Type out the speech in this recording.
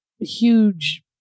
huge